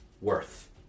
worth